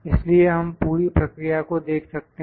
इसलिए हम पूरी प्रक्रिया को देख सकते हैं